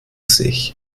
sich